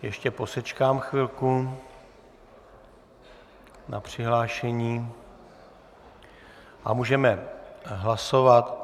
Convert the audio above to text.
Ještě posečkám chvilku na přihlášení... a můžeme hlasovat.